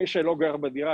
מי שלא גר בדירה,